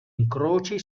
incroci